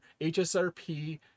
hsrp